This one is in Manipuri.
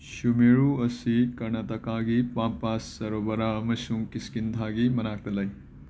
ꯁꯨꯃꯦꯔꯨ ꯑꯁꯤ ꯀꯔꯅꯥꯇꯀꯥꯒꯤ ꯄꯥꯝꯄ ꯁꯥꯔꯣꯕꯔꯥ ꯑꯃꯁꯨꯡ ꯀꯤꯁꯀꯤꯟꯙꯥꯒꯤ ꯃꯅꯥꯛꯇ ꯂꯩ